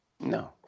No